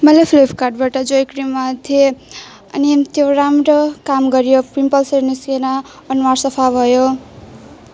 मैले फ्लिपकार्टबाट जय क्रिम मगाएको थिएँ अनि त्यो राम्रो काम गर्यो पिम्पल्सहरू निस्केन अनुहार सफा भयो